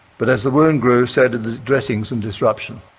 but as the wound grew, so did the dressings and disruption.